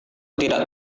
tidak